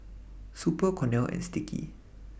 Super Cornell and Sticky